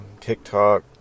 TikTok